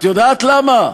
את יודעת למה?